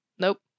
Nope